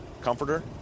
comforter